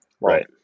Right